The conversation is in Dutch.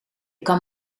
kan